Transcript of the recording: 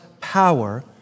power